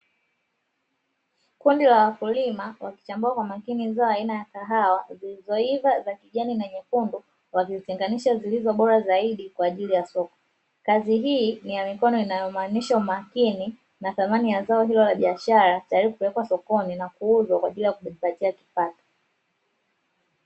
Kundi la wakulima wakichambua kwa makini zao aina ya kahawa zilizoiiva za kijani na nyekundu, wakizitenganisha zilizo bora zaidi kwa ajili ya soko. Kazi hii ni ya mikono inayomaanisha umakini na thamani ya zao hilo la biashara tayari kwa kupelekwa sokoni na kuuzwa kwa ajili ya kutupatia kipato.